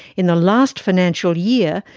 in the last financial year,